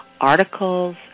articles